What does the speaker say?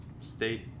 state